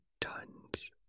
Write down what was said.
tons